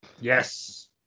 Yes